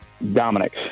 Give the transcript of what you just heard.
Dominic